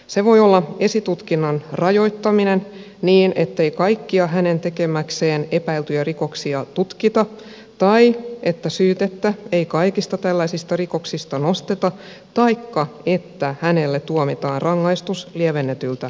se voi olla esitutkinnan rajoittaminen niin ettei kaikkia hänen tekemäkseen epäiltyjä rikoksia tutkita tai että syytettä ei kaikista tällaisista rikoksista nosteta taikka että hänelle tuomitaan rangaistus lievennetyltä asteikolta